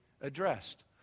addressed